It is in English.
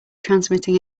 transmitting